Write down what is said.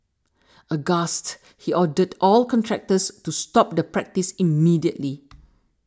aghast he ordered all contractors to stop the practice immediately